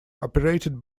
operated